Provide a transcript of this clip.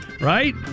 Right